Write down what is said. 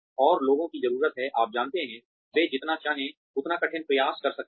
और लोगों की जरूरत है आप जानते हैं वे जितना चाहें उतना कठिन प्रयास कर सकते हैं